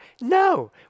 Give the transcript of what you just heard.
no